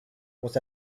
was